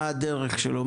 מה הדרך שלו,